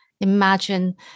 Imagine